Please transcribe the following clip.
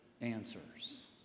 answers